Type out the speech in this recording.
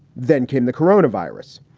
then came the corona virus,